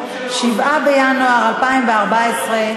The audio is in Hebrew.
7 בינואר 2014,